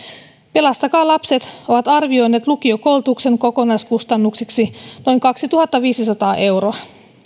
pelastakaa lapset on arvioinut lukiokoulutuksen kokonaiskustannuksiksi noin kaksituhattaviisisataa euroa